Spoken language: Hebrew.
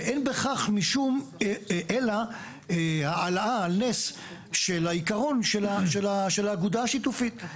ואין בכך משום אלא העלה על נס של העיקרון של האגודה השיתופית.